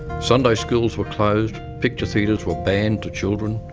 sunday schools were closed, picture theatres were banned to children,